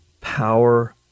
power